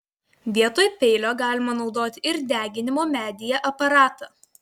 vietoj peilio galima naudoti ir deginimo medyje aparatą